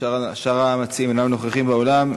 שאר המציעים אינם נוכחים באולם.